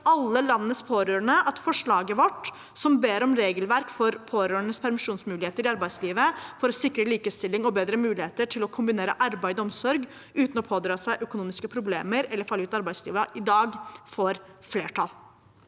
alle landets pårørende at forslaget vårt, som ber om regelverk for pårørendes permisjonsmuligheter i arbeidslivet for å sikre likestilling og bedre mulighetene til å kombinere arbeid og omsorg uten å pådra seg økonomiske problemer eller falle ut av arbeidslivet, i dag får flertall.